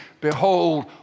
Behold